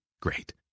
Great